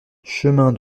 chemin